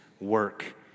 work